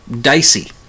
dicey